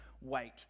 wait